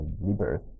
Rebirth